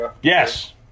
Yes